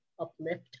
uplift